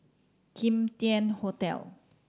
Kim Tian Hotel